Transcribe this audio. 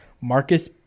marcus